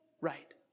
right